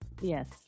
Yes